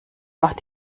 macht